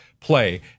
play